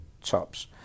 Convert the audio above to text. tops